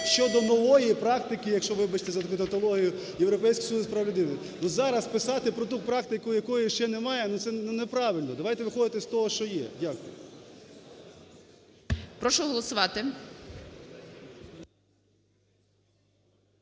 щодо нової практики, вибачте за тавтологію, Європейського суду з прав людини. І зараз писати про ту практику, якої ще немає, ну, це неправильно. Давайте виходити з того, що є. Дякую. ГОЛОВУЮЧИЙ. Прошу голосувати.